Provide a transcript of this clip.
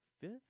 Fifth